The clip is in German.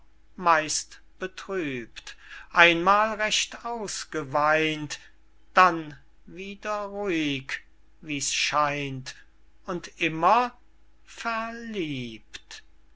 meist betrübt einmal recht ausgeweint dann wieder ruhig wie's scheint und immer verliebt